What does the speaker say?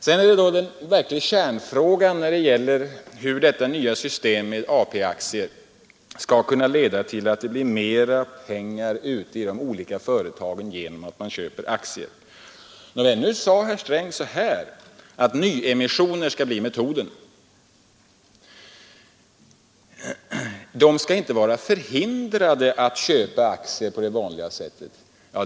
Den verkliga kärnfrågan är hur det nya systemet med AP-aktier skall kunna leda till att det blir mera pengar ute i de olika företagen genom att man köper aktier. Nu sade herr Sträng att nyemissioner skall bli metoden. Man skall inte vara förhindrad att köpa aktier på det vanliga sättet.